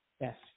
Yes